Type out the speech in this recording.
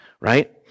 Right